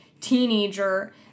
teenager